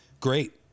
great